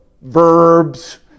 verbs